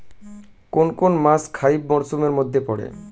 কোন কোন মাস খরিফ মরসুমের মধ্যে পড়ে?